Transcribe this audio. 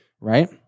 right